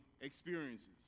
experiences